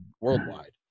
worldwide